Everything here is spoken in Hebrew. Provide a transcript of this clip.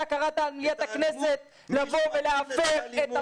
אתה קראת במליאת הכנסת לבוא ולהפר את